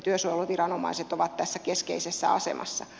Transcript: työsuojeluviranomaiset ovat tässä keskeisessä asemassa